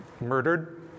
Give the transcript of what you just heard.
murdered